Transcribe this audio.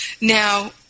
Now